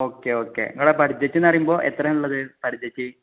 okay okay നിങ്ങളുടെ ബഡ്ജറ്റെന്ന പറയുമ്പോൾ എത്ര ഉള്ളത് ബഡ്ജറ്റ്